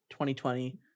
2020